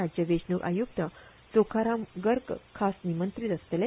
राज्य वेंचणूक आयुक्त चोखाराम गर्ग खास निमंत्रीत आसतले